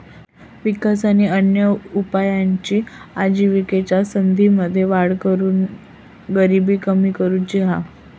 विकास आणि अन्य उपायांनी आजिविकेच्या संधींमध्ये वाढ करून गरिबी कमी करुची हा